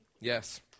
Yes